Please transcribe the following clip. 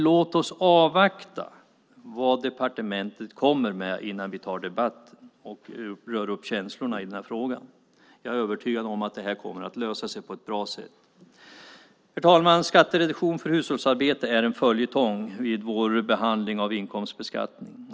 Låt oss avvakta vad departementet kommer med innan vi tar debatten och rör upp känslorna i den här frågan. Jag är övertygad om att det kommer att lösa sig på ett bra sätt. Herr talman! Skattereduktion på hushållsarbete är en följetong vid vår behandling av inkomstbeskattning.